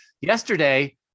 Yesterday